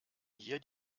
hier